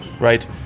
Right